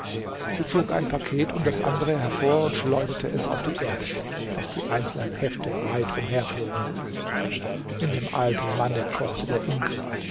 sie zog ein paket um das andere hervor und schleuderte es auf die erde daß die einzelnen hefte weit umherflogen in dem alten manne kochte der ingrimm